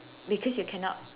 because you cannot